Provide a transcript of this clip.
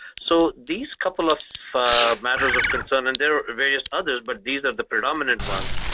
so these couple of matters of concern and there are various others but these are the predominant ones,